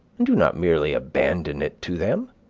and do not merely abandon it to them.